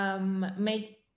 make